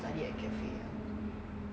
which is good also